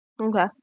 okay